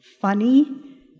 funny